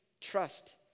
trust